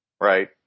right